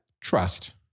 Trust